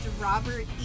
Robert